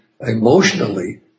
emotionally